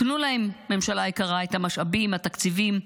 תנו להם, ממשלה יקרה, את המשאבים, התקציבים.